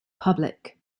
public